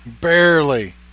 barely